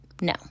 No